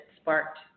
sparked